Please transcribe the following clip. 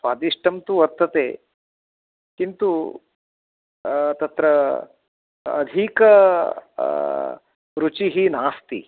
स्वादिष्टं तु वर्तते किन्तु तत्र अधिका रुचिः नास्ति